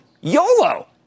YOLO